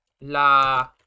La